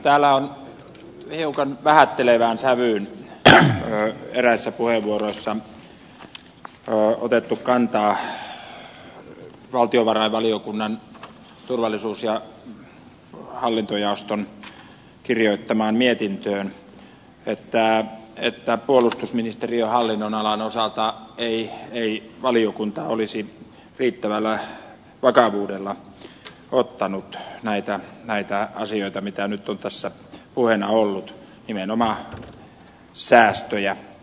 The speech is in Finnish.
täällä on hiukan vähättelevään sävyyn eräissä puheenvuoroissa otettu kantaa valtiovarainvaliokunnan turvallisuus ja hallintojaoston kirjoittamaan mietintöön että puolustusministeriön hallinnonalan osalta ei valiokunta olisi riittävällä vakavuudella ottanut näitä asioita mitä nyt on tässä puheena ollut nimenomaan säästöjä